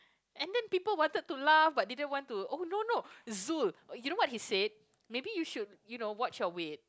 and then people wanted to laugh but didn't want to oh no no Zoe you know what he said maybe you should you know watch your weight